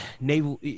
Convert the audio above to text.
naval